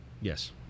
Yes